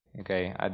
Okay